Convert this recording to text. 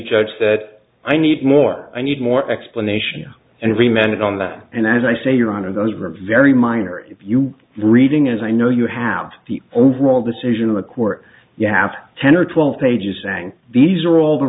judge that i need more i need more explanation and if we manage on that and as i say your honor those ribs very minor if you reading as i know you have the overall decision of the court you have ten or twelve pages saying these are all the